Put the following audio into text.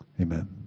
Amen